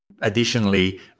Additionally